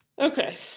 Okay